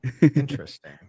Interesting